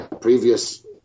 previous